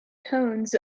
tones